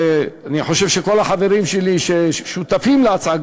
אני חושב שכל החברים שלי ששותפים להצעה,